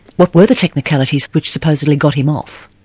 what were the technicalities which supposedly got him off?